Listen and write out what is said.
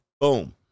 Boom